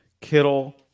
Kittle